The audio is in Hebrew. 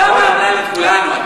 אתה מאמלל את כולנו.